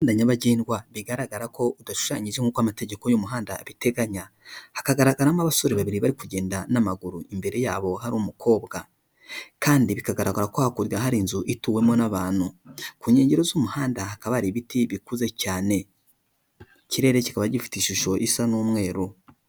Umuhanda nyabagendwa, bigaragara ko udashushanyije nk'uko amategeko y'umuhanda abiteganya, hakagaragaramo abasore babiri bari kugenda n'amaguru, imbere yabo hari umukobwa kandi bikagaragara ko hakurya hari inzu ituwemo n'abantu, ku nkengero z'umuhanda hakaba hari ibiti bikuze cyane, ikirere kikaba gifite ishusho isa n'umweru.